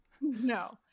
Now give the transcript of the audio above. No